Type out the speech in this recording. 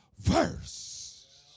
verse